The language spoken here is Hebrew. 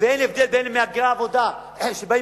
ואין הבדל בין מהגרי עבודה שבאים